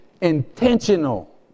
intentional